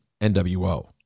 NWO